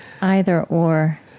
either-or